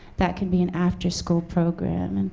that can be an after-school program. and